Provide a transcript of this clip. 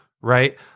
Right